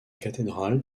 cathédrale